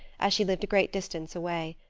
as she lived a great distance away.